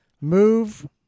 move